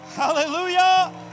Hallelujah